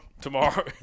Tomorrow